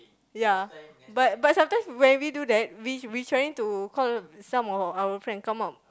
ya but but sometimes when we do that we we trying to call some of our friend come out